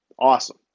awesome